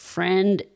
Friend